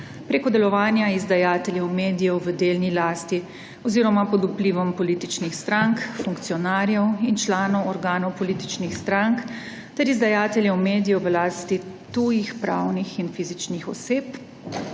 preko delovanja izdajateljev medijev v (delni) lasti oziroma pod vplivom političnih strank, funkcionarjev in članov organov političnih strank ter izdajateljev medijev v lasti tujih pravnih in fizičnih oseb,